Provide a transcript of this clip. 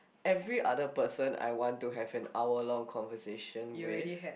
every other person I want to have an hour long conversation with